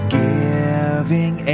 giving